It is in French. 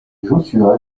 joshua